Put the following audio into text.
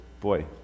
Boy